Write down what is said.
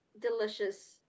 delicious